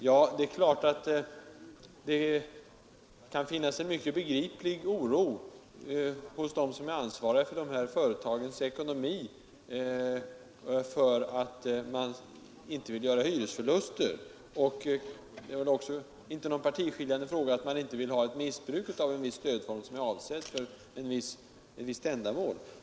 Ja, det är klart att det kan finnas en mycket begriplig oro hos dem som är ansvariga för de här företagens ekonomi. Man vill inte göra hyresförluster. Det är väl inte heller någon partiskiljande fråga att man inte vill ha ett missbruk av en stödform som är avsedd för ett visst ändamål.